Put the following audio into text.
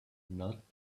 not